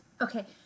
Okay